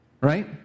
Right